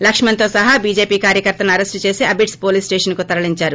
లక్ష్మణ్తో సహా బీజేపీ కార్యకర్తలను అరెస్ట్ చేసి అబిడ్స్ పోలీస్ స్టేషన్కు తరలించారు